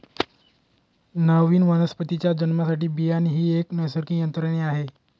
नवीन वनस्पतीच्या जन्मासाठी बियाणे ही एक नैसर्गिक यंत्रणा आहे